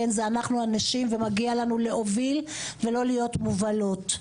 כן זה אנחנו הנשים ומגיע לנו להוביל ולא להיות מובלות.